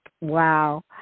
Wow